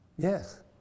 Yes